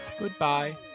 Goodbye